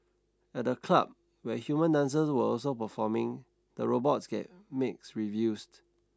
at the club where human dancers were also performing the robots got mixed reviews